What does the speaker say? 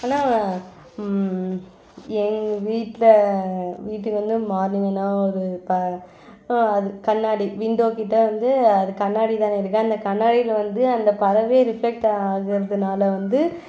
ஆனால் எங்கள் வீட்டில் வீட்டுக்கு வந்து மார்னிங் ஆனால் ஒரு ப இப்போது அது கண்ணாடி விண்டோ கிட்டே வந்து அது கண்ணாடி தானே இருக்குது அது கண்ணாடியில் வந்து அந்த பறவை ரிஃப்லெக்ட் ஆகிறதுனால வந்து